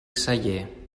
celler